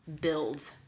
build